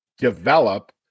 develop